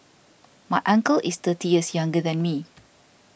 my uncle is thirty years younger than me